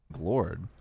lord